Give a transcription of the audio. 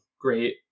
great